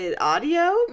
audio